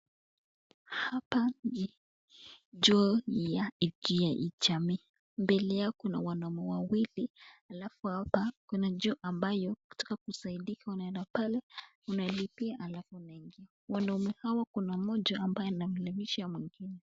Hapa ni choo ya jamii, mbele yao kuna wanaume wawili, alafu hapa kuna choo ambayo ukitaka kusaidia unaenda pale unalipia alafu unaingia. Wanaume hawa kuna mmoja ambaye anaelimisha mwengine.